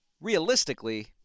Realistically